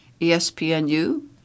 ESPNU